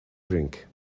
drink